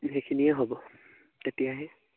সেইখিনিয়ে হ'ব তেতিয়াহে